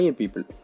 people